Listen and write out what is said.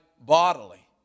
bodily